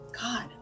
God